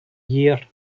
year